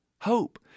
Hope